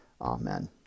Amen